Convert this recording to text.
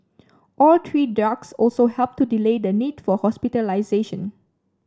all three drugs also helped to delay the need for hospitalisation